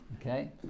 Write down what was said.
Okay